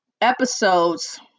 episodes